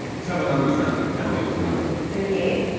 let's have a numbers round. emily was her number thirty eight.